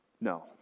No